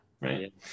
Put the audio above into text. Right